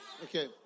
Okay